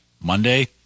Monday